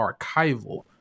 archival